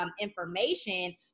information